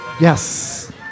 Yes